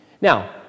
Now